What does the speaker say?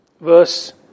verse